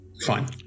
Fine